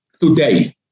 today